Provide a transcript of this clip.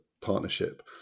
partnership